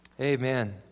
Amen